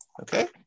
Okay